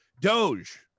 Doge